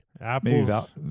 apples